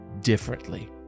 differently